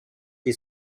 дии